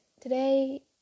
today